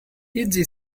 easy